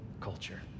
culture